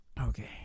okay